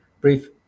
brief